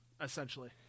essentially